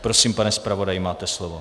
Prosím, pane zpravodaji, máte slovo.